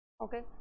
Okay